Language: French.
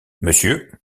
monsieur